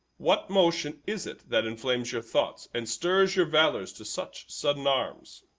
what motion is it that inflames your thoughts, and stirs your valours to such sudden arms?